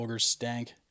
stank